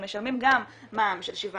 הם משלמים גם מע"מ של 17%,